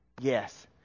yes